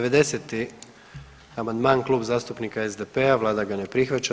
90. amandman Klub zastupnika SDP-a vlada ga ne prihvaća.